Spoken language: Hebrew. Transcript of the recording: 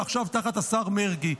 ועכשיו תחת השר מרגי.